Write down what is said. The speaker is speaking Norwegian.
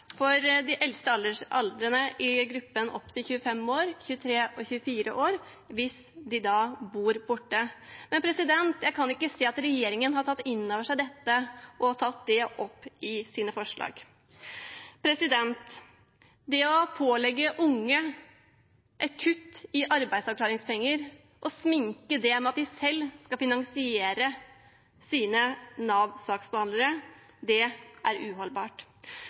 for de eldste i aldersgruppen opp til 25 år, dem på 23 og 24 år, hvis de bor borte. Men jeg kan ikke se at regjeringen har tatt inn over seg dette og tatt det opp i sine forslag. Det å pålegge unge et kutt i arbeidsavklaringspenger og sminke det med at de selv skal finansiere sine Nav-saksbehandlere, er uholdbart.